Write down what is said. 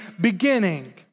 beginning